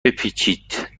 بپیچید